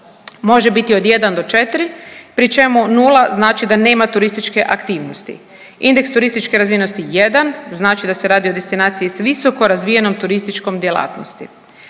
Može biti od 1 do 4 pri čemu 0 znači da nema turističke aktivnosti. Indeks turističke razvijenosti 1 znači da se radi o destinaciji s visoko razvijenom turističkom djelatnosti.